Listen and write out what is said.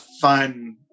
fun